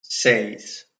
seis